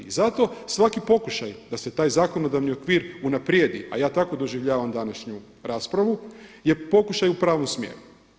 I zato svaki pokušaj da se taj zakonodavni okvir unaprijedi a ja tako doživljavam današnju raspravu je pokušaj u pravom smjeru.